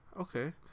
okay